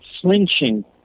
flinching